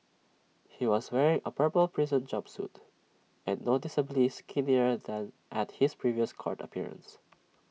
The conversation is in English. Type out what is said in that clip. he was wearing A purple prison jumpsuit and noticeably skinnier than at his previous court appearance